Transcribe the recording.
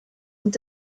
und